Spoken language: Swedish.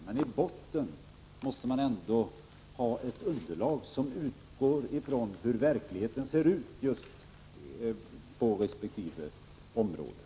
Men i botten måste man ändå ha ett underlag som utgår från hur verkligheten ser ut på resp. områden.